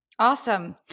Awesome